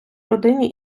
родині